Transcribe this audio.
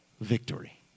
victory